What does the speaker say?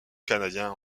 canadien